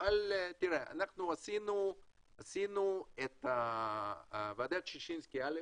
עשינו את ועדת ששינסקי א',